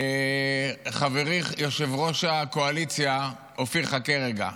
חברי יושב-ראש הקואליציה, אופיר, חכה רגע.